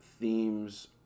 themes